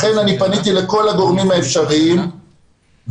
לכן אני פניתי לכל הגורמים האפשריים והטענה